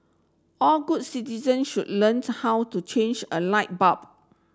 all good citizen should learns how to change a light bulb